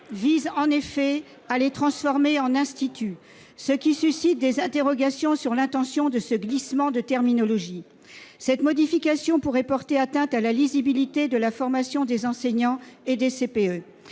vise, en effet, à les transformer en instituts, ce qui suscite des interrogations sur l'intention sous-tendant ce glissement de terminologie. Cette modification pourrait porter atteinte à la lisibilité de la formation des enseignants et des